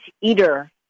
eater